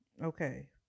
Okay